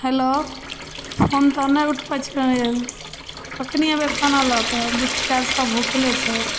hello phone तऽ नहि उठबै छियै कखनी अयबै खाना लऽ के बुच्चिया सब भूखले छै